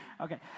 okay